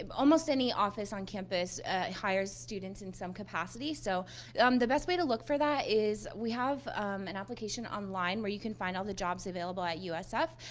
um almost any office on campus hires students in some capacity. so um the best way to look for that is we have an application online where you can find all the jobs available at usf.